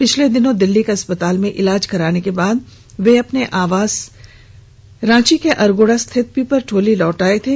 पिछले दिनों दिल्ली के अस्पताल में इलाज कराने के बाद वे अपने आवास रांची के अरगोड़ा स्थित पिपरटोली लौट आए थे